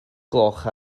gloch